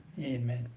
Amen